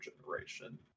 generation